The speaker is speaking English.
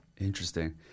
Interesting